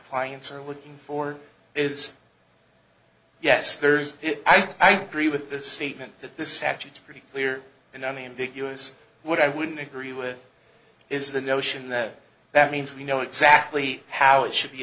clients are looking for is yes there's i don't agree with this statement that this is actually to pretty clear and unambiguous what i would agree with is the notion that that means we know exactly how it should be